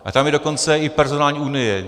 A tam je dokonce i personální unie.